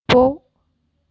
போ